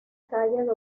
calle